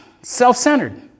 self-centered